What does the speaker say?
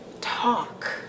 talk